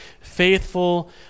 faithful